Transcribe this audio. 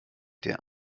der